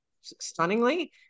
stunningly